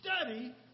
study